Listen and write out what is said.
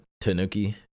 tanuki